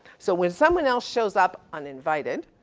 so when someone else shows up uninvited